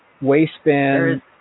waistband